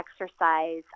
exercise